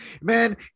man